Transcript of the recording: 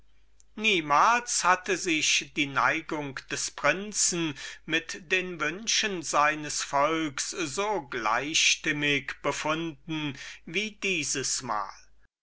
niemalen hatte sich die neigung des prinzen mit den wünschen seines volkes so gleichstimmig befunden wie dieses mal